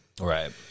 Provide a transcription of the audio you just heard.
Right